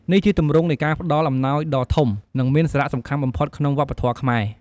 នេះជាទម្រង់នៃការផ្តល់អំណោយដ៏ធំ និងមានសារៈសំខាន់បំផុតក្នុងវប្បធម៌ខ្មែរ។